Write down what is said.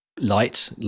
light